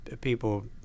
people